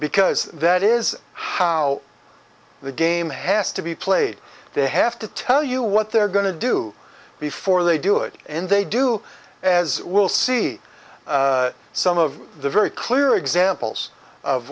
because that is how the game has to be played they have to tell you what they're going to do before they do it and they do as we'll see some of the very clear examples of